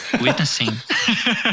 witnessing